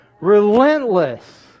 relentless